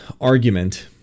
argument